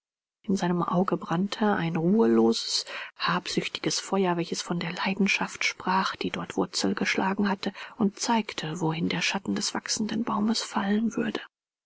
in seinem auge brannte ein ruheloses habsüchtiges feuer welches von der leidenschaft sprach die dort wurzel geschlagen hatte und zeigte wohin der schatten des wachsenden baumes fallen würde